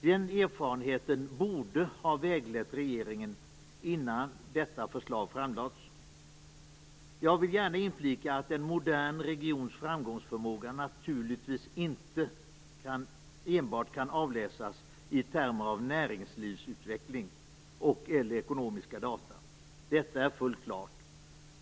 Den erfarenheten borde ha väglett regeringen innan detta förslag framlades. Jag vill gärna inflika att en modern regions framgångsförmåga naturligtvis inte enbart kan avläsas i termer av näringslivsutveckling och/eller ekonomiska data. Detta är fullt klart.